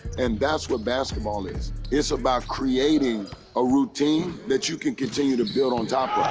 and that's what basketball is. it's about creating a routine that you can continue to build on top of. ahh!